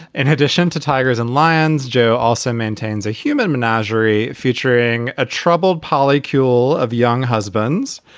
in addition to tigers and lions, joe also maintains a human menagerie featuring a troubled polly kewl of young husbands.